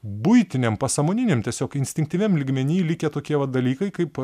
buitiniam pasąmoniniam tiesiog instinktyviam lygmeny likę tokie va dalykai kaip